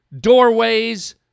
doorways